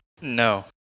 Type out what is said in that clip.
No